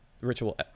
ritual